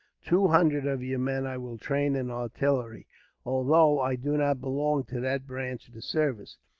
two hundred of your men i will train in artillery although i do not belong to that branch of the service,